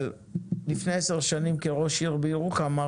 אבל לפני עשר שנים כראש עיר בירוחם,